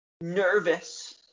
Nervous